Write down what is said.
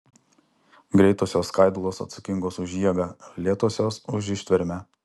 greitosios skaidulos atsakingos už jėgą lėtosios už ištvermę